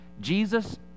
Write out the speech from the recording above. Jesus